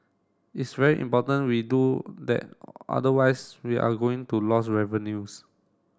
it's very important we do that otherwise we are going to loss revenues